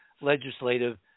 legislative